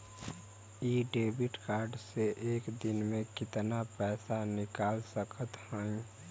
इ debit card से एक दिन मे कितना पैसा निकाल सकत हई?